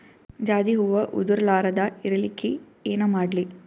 ಜಾಜಿ ಹೂವ ಉದರ್ ಲಾರದ ಇರಲಿಕ್ಕಿ ಏನ ಮಾಡ್ಲಿ?